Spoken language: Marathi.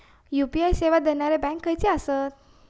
यू.पी.आय सेवा देणारे बँक खयचे आसत?